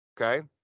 okay